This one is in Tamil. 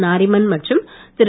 நாரிமன் மற்றும் திரு